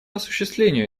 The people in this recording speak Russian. осуществлению